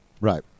Right